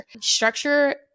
Structure